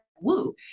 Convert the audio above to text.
woo